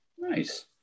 Nice